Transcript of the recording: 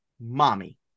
mommy